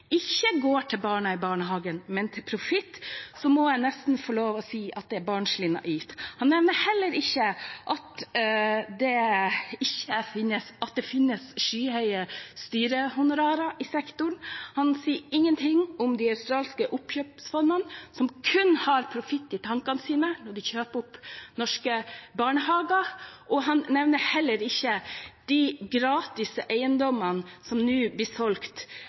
ikke går til barna i barnehagen, men til profitt, må jeg nesten få lov til å si at det er barnslig naivt. Han nevner ikke at det finnes skyhøye styrehonorarer i sektoren. Han sier ingenting om de australske oppkjøpsfondene, som kun har profitt i tankene når de kjøper opp norske barnehager. Han nevner ikke de gratis eiendommene som nå blir solgt